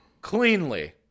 cleanly